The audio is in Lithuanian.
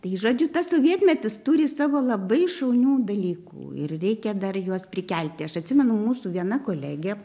tai žodžiu tas sovietmetis turi savo labai šaunių dalykų ir reikia dar juos prikelti aš atsimenu mūsų viena kolegė